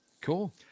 cool